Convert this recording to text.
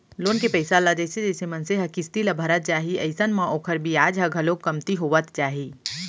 loan के पइसा ल जइसे जइसे मनसे ह किस्ती ल भरत जाही अइसन म ओखर बियाज ह घलोक कमती होवत जाही